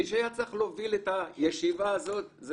מי שהיה צריך להוביל את הישיבה הזאת זה